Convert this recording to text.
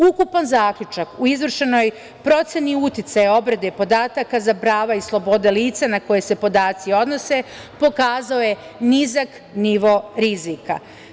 Ukupan zaključak u izvršenoj proceni uticaja obrade podataka za prava i slobode lica na koje se podaci odnose pokazao je nizak nivo rizika.